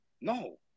No